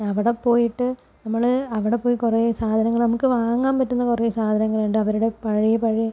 അവടെ പോയിട്ട് നമ്മള് അവടെ പോയി കുറേ സാധനങ്ങള് നമുക്ക് വാങ്ങാൻ പറ്റുന്ന കുറേ സാധനങ്ങളുണ്ട് അവരുടെ പഴയ പഴയ